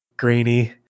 grainy